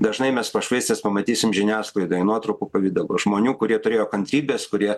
dažnai mes pašvaistes pamatysim žiniasklaidoj nuotraukų pavidalu žmonių kurie turėjo kantrybės kurie